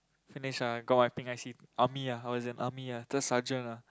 finish ah got my pink I_C army ah I was in army ah third sergeant ah